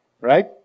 Right